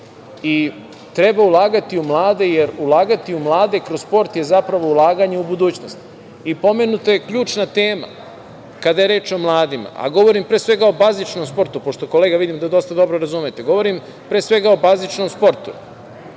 Treba ulagati u mlade, jer ulagati u mlade kroz sport je zapravo ulaganje u budućnost. Pomenuta je ključna tema kada je reč o mladima, a govorim, pre svega, o bazičnom sportu, pošto, kolega, vidim da dosta dobro razumete. Govorim, pre svega, o bazičnom sportu. Mladi